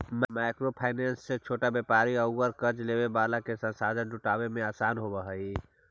micro finance से छोटा व्यापारि औउर कर्ज लेवे वाला के संसाधन जुटावे में आसान होवऽ हई